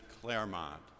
Claremont